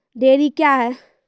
Dairy क्या हैं?